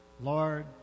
Lord